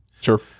Sure